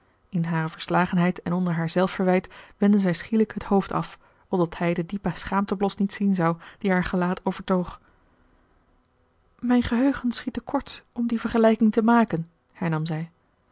in hare verslagenheid en onder haar zelfverwijt wendde zij schielijk het hoofd af opdat hij den diepen schaamteblos niet zien zou die haar gelaat overtoog mijn geheugen schiet te kort om die vergelijking te maken hernam zij